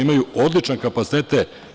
Imaju odlične kapacitete.